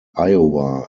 iowa